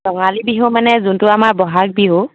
ৰঙালী বিহু মানে যোনটো আমাৰ বহাগ বিহু